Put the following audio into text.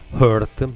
hurt